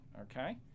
Okay